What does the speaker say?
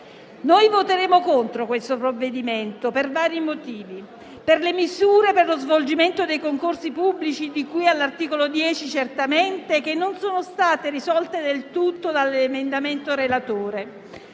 Io voterò contro questo provvedimento per vari motivi: certamente per le misure per lo svolgimento dei concorsi pubblici, di cui all'articolo 10, che non sono state risolte del tutto dall'emendamento del relatore.